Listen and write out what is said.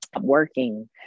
Working